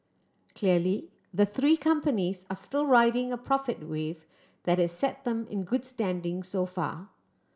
clearly the three companies are still riding a profit wave that has set them in good standing so far